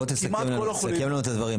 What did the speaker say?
כמעט כל החולים --- תסכם לנו את הדברים,